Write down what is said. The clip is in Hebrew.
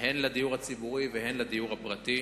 הן לדיור הציבורי והן לדיור הפרטי,